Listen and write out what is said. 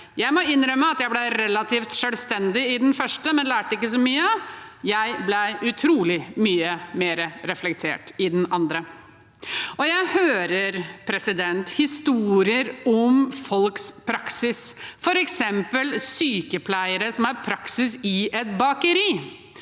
Jeg må innrømme at jeg ble relativt selvstendig i den første, men lærte ikke så mye. Jeg ble utrolig mye mer reflektert i den andre. Jeg hører historier om folks praksis, f.eks. sykepleiere som har praksis i et bakeri.